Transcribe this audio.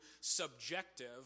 subjective